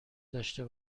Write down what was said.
داشته